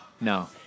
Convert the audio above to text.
No